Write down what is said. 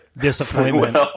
Disappointment